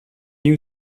you